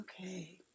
Okay